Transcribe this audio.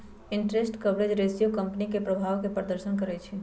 interest coverage ratio company के प्रभाव के प्रदर्शन करइ छै